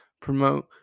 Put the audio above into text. promote